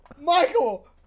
Michael